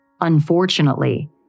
Unfortunately